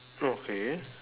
okay